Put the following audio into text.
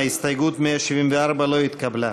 הסתייגות 174 לא התקבלה.